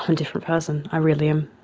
um different person, i really am.